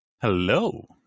Hello